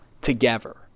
together